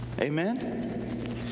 Amen